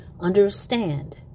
understand